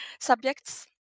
subjects